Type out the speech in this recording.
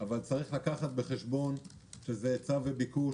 אבל צריך לקחת בחשבון שזה היצע וביקוש.